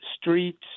streets